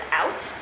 out